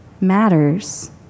matters